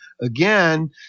Again